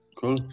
cool